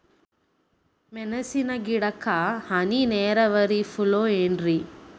ಮೆಣಸಿನ ಗಿಡಕ್ಕ ಹನಿ ನೇರಾವರಿ ಛಲೋ ಏನ್ರಿ?